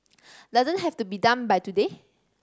doesn't have to be done by today